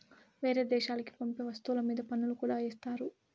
వేరే దేశాలకి పంపే వస్తువుల మీద పన్నులు కూడా ఏత్తారు